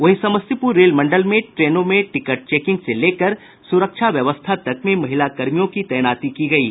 वहीं समस्तीपुर रेल मंडल में ट्रेनों में टिकट चेकिंग से लेकर सुरक्षा व्यवस्था तक में महिला कर्मियों की तैनाती की गयी